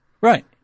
Right